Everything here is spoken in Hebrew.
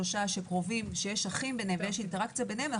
שלושה ברשות שקרובים ויש אינטראקציה ביניהם,